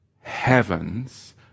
heavens